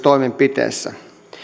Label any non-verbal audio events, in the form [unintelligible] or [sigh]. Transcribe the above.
[unintelligible] toimenpiteissä